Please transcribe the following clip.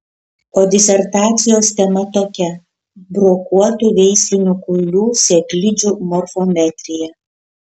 o disertacijos tema tokia brokuotų veislinių kuilių sėklidžių morfometrija